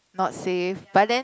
not safe but then